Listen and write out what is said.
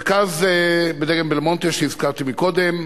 מרכז בדגם "בלמונטה" שהזכרתי קודם,